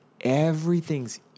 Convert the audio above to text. Everything's